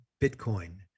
bitcoin